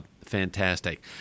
fantastic